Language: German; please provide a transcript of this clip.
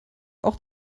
auch